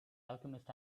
alchemist